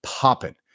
popping